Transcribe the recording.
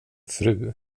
fru